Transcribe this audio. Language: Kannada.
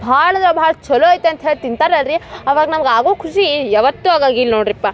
ಭಾಳ ಅಂದ್ರೆ ಭಾಳ ಚೊಲೋ ಐತೆ ಅಂತ ಹೇಳಿ ತಿಂತಾರಲ್ಲ ರೀ ಅವಾಗ ನಮ್ಗೆ ಆಗೋ ಖುಷಿ ಯಾವತ್ತೂ ಆಗಂಗಿಲ್ಲ ನೋಡಿರಿ ಪ